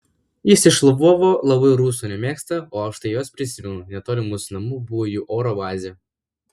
jis iš lvovo labai rusų nemėgsta o aš tai juos prisimenu netoli mūsų namų buvo jų oro bazė